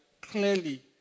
clearly